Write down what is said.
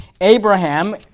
Abraham